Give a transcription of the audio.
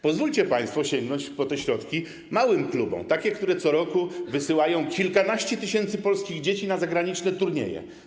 Pozwólcie państwo sięgnąć po te środki małym klubom, takim, które co roku wysyłają kilkanaście tysięcy polskich dzieci na zagraniczne turnieje.